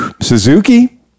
Suzuki